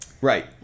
Right